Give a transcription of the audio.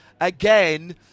again